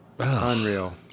unreal